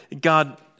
God